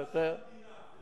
זה לכבודה של המדינה,